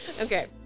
Okay